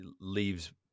leaves